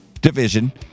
division